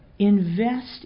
Invest